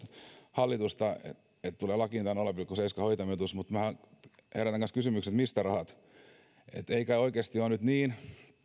hallitusta että tulee lakiin tämä nolla pilkku seitsemän hoitajamitoitus mutta herätän kanssa kysymyksen mistä rahat ei kai oikeasti ole nyt niin